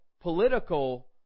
political